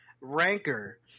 Ranker